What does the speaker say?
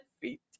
feet